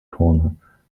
corner